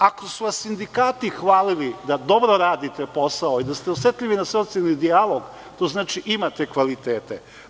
Ako su vas sindikati hvalili da dobro radite posao i da ste osetljivi na socijalni dijalog, to znači da imate kvalitete.